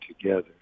together